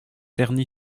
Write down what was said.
terny